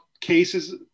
cases